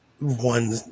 one